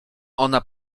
ona